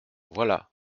voilà